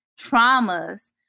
traumas